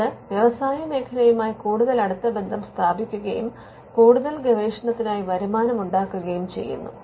ഇത് വ്യവസായ മേഖലയുമായി കൂടുതൽ അടുത്ത ബന്ധം സ്ഥാപിക്കുകയും കൂടുതൽ ഗവേഷണത്തിനായി വരുമാനം ഉണ്ടാക്കുകയും ചെയ്യുന്നു